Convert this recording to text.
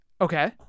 Okay